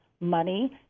money